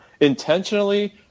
intentionally